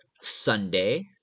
Sunday